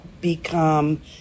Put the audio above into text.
become